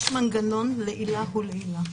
יש מנגנון לעילא ולעילא.